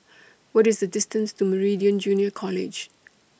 What IS The distance to Meridian Junior College